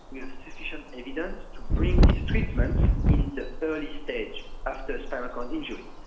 we have sufficient evidence to bring these treatments in the early stage after spinal cord injury,